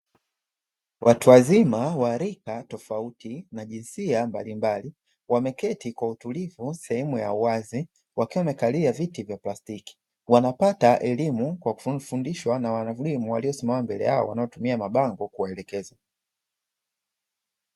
Watu wazima wa rika tofauti na jinsia mbalimbali wameketi kwa utulivu sehemu ya uwazi, wakiwa wamekalia viti vya plastiki wanapata elimu kwa kufundishwa na walimu waliosimama mbele yao wanaotumia mabango kuwaelekeza.